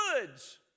woods